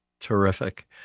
Terrific